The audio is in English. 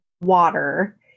water